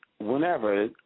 whenever